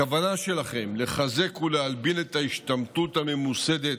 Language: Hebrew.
הכוונה שלכם לחזק ולהלבין את ההשתמטות הממוסדת